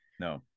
no